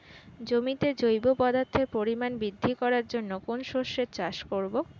জমিতে জৈব পদার্থের পরিমাণ বৃদ্ধি করার জন্য কোন শস্যের চাষ করবো?